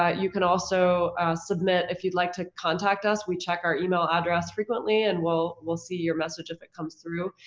ah you can also submit, if you'd like to contact us, we check our email address frequently and we'll we'll see your message if it comes through.